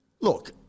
Look